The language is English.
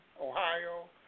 Ohio